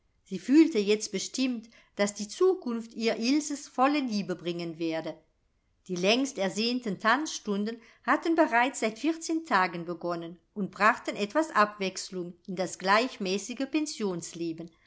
sie fühlte jetzt bestimmt daß die zukunft ihr ilses volle liebe bringen werde die längst ersehnten tanzstunden hatten bereits seit vierzehn tagen begonnen und brachten etwas abwechselung in das gleichmäßige